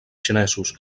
xinesos